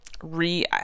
re